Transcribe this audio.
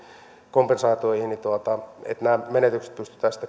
kompensaatioihin että nämä menetykset pystyttäisiin